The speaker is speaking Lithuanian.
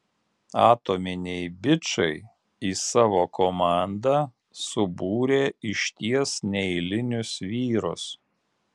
atominiai bičai į savo komandą subūrė išties neeilinius vyrus